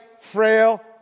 frail